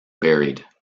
buried